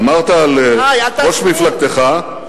אמרת לראש מפלגתך,